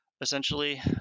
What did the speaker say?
Essentially